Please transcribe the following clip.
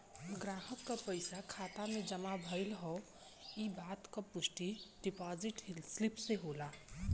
ग्राहक क पइसा खाता में जमा भयल हौ इ बात क पुष्टि डिपाजिट स्लिप से होला